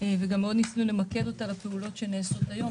וגם ניסינו למקד אותה בפעולות שנעשות היום,